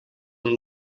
een